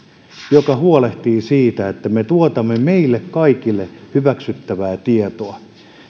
joka huolehtii siitä että me tuotamme meille kaikille hyväksyttävää tietoa